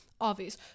obvious